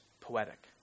poetic